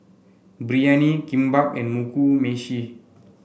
Biryani Kimbap and Mugi Meshi